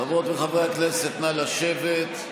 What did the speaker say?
חברי הכנסת שמצביעים מהעמדות שנמצאות מעבר לזכוכית,